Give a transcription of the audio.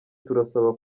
turasabwa